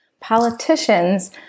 politicians